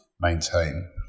maintain